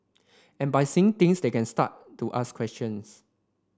and by seeing things they can start to ask questions